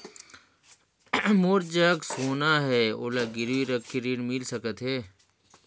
मोर जग सोना है ओला गिरवी रख के ऋण मिल सकथे?